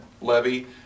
levy